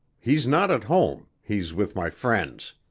he's not at home he's with my friends.